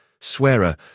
Swearer